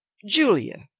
julia,